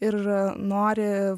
ir nori